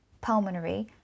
pulmonary